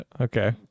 Okay